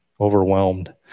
overwhelmed